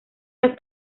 las